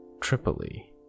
tripoli